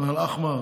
ח'אן אל-אחמר.